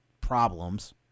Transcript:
problems